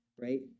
right